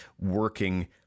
working